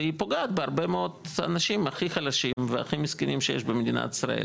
והיא פוגעת בהרבה מאוד אנשים הכי חלשים והכי מסכנים שיש במדינת ישראל,